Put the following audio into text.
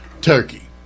turkey